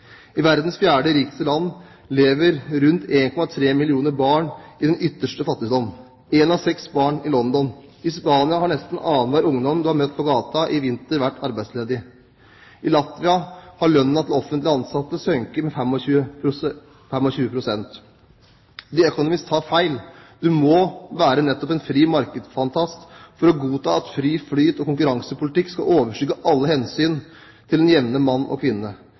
I verdens fjerde rikeste land lever rundt 1,3 millioner barn i den ytterste fattigdom – ett av seks barn i London. I Spania har nesten annenhver ungdom du har møtt på gata i vinter, vært arbeidsledig. I Latvia har lønna til offentlig ansatte sunket med 25 pst. The Economist tar feil. Du må være nettopp en frimarkedsfantast for å godta at fri flyt og konkurransepolitikk skal overskygge alle hensyn til den jevne mann og kvinne.